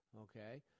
okay